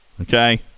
Okay